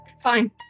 Fine